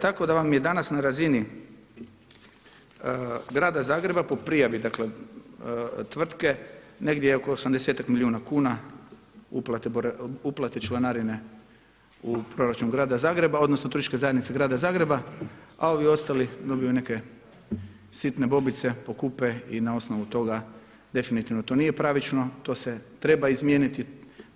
Tako da vam je danas na razini grada Zagreba po prijavi dakle tvrtke negdje oko 80-ak milijuna kuna uplate članarine u proračun grada Zagreba, odnosno Turističke zajednice grada Zagreba a ovi ostali dobiju neke sitne bobice, pokupe i na osnovu toga definitivno to nije pravično, to se treba izmijeniti,